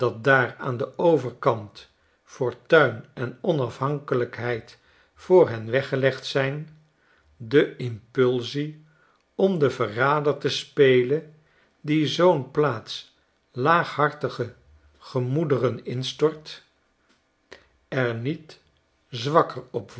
daar aan den overkant fortuin en onafhankelijkheid voor hen weggelegd zijn de impulsie om den verrader te spelen die zoo'n plaats laaghartige gemoederen instort er niet